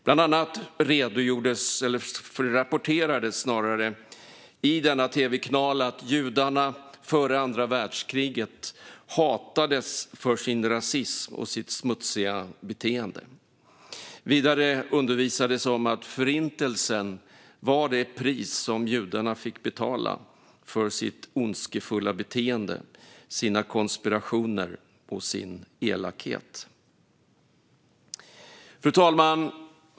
Bland annat rapporterades i denna tv-kanal att judarna före andra världskriget "hatades för sin rasism och sitt smutsiga beteende". Vidare undervisades om att "Förintelsen var det pris som judarna fick betala för sitt ondskefulla beteende, sina konspirationer och sin elakhet". Fru talman!